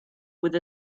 with